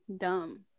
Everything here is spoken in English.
dumb